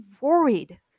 worried